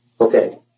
Okay